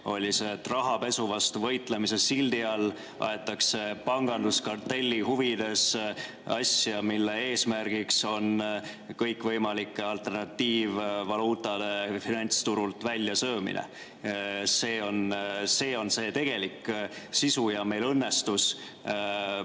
see, et rahapesu vastu võitlemise sildi all aetakse panganduskartelli huvides asja, mille eesmärgiks on kõikvõimalike alternatiivvaluutade finantsturult väljasöömine. See on see tegelik sisu ja meil õnnestus